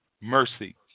Mercy